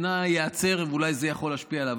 שייעצר ואולי זה יכול להשפיע עליו,